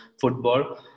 football